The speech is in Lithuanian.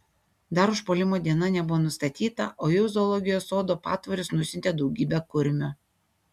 dar užpuolimo diena nebuvo nustatyta o jau į zoologijos sodo patvorius nusiuntė daugybę kurmių